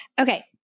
Okay